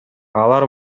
алар